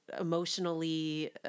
emotionally